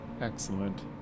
Excellent